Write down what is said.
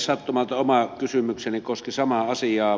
sattumalta oma kysymykseni koski samaa asiaa